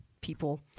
people